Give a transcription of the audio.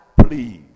please